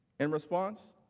in response,